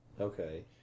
Okay